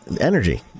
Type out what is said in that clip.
energy